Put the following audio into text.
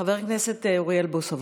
חבר הכנסת אוריאל בוסו,